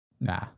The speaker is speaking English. Nah